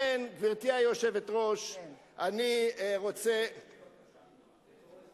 יש לי בקשה ממך, בתור שר בוועדת